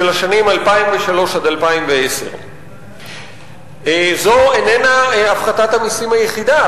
השנים 2003 2010. זו איננה הפחתת המסים היחידה,